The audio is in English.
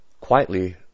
quietly